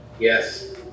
Yes